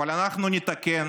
אבל אנחנו נתקן